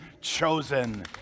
chosen